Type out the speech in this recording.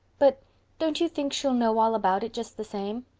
but don't you think she'll know all about it, just the same?